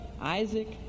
Isaac